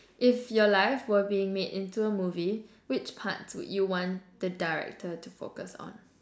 if your life were being made into a movie which parts would you want the director to focus on